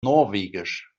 norwegisch